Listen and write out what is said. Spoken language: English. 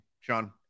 Sean